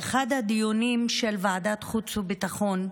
באחד הדיונים של ועדת חוץ וביטחון,